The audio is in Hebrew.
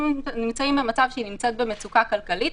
נמצאים במצב שהיא נמצאת במצוקה כלכלית,